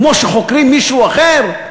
כמו שחוקרים מישהו אחר?